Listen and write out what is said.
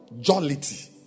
jollity